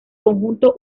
conjunto